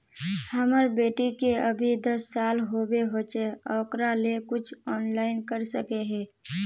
हमर बेटी के अभी दस साल होबे होचे ओकरा ले कुछ ऑनलाइन कर सके है?